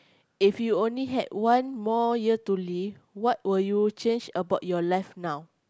if you only had one more year to live what would you change about your life now